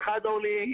אורלי,